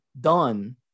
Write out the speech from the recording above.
done